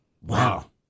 Wow